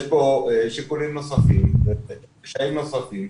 יש פה שיקולים נוספים וקשיים נוספים.